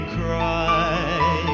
cry